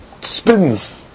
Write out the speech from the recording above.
spins